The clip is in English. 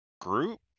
group